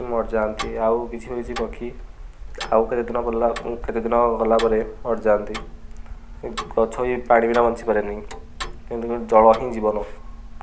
ମରିଯାଆନ୍ତି ଆଉ କିଛି କିଛି ପକ୍ଷୀ ଆଉ କେତେଦିନ ଗଲା କେତେଦିନ ଗଲାପରେ ମରିଯାଆନ୍ତି ଗଛ ବି ପାଣି ବିନା ବଞ୍ଚିପାରେନି କିନ୍ତୁ ଜଳ ହିଁ ଜୀବନ